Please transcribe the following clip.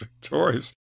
victorious